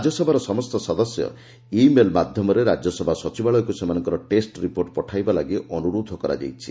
ରାଜ୍ୟସଭାର ସମସ୍ତ ସଦସ୍ୟ ଇ ମେଲ୍ ମାଧ୍ୟମରେ ରାଜ୍ୟସଭା ସଚିବାଳୟକୁ ସେମାନଙ୍କର ଟେଷ୍ଟ ରିପୋର୍ଟ ପଠାଇବା ଲାଗି ସେମାନଙ୍କୁ ଅନୁରୋଧ କରାଯାଇଛି